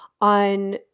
On